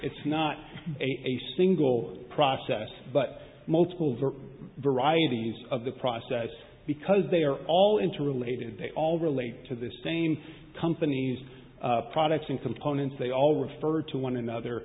it's not a single process but multiples are varieties of the process because they are all interrelated they all relate to the same company's products and components they all refer to one another